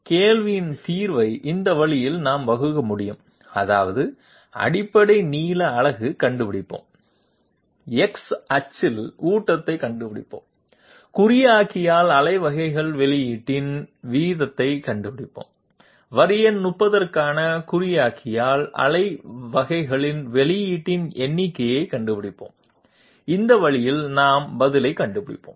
கேள்வியின் தீர்வை இந்த வழியில் நாம் வகுக்க முடியும் அதாவது அடிப்படை நீள அலகு கண்டுபிடிப்போம் எக்ஸ் அச்சில் ஊட்டத்தைக் கண்டுபிடிப்போம் குறியாக்கியால் அலை வகைகள் வெளியீட்டின் வீதத்தைக் கண்டுபிடிப்போம் வரி எண் 30 க்கான குறியாக்கியால் அலை வகைகளின் வெளியீட்டின் எண்ணிக்கையைக் கண்டுபிடிப்போம் அந்த வழியில் நாம் பதில்லை கண்டுபிடிப்போம்